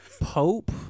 Pope